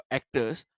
actors